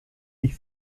dich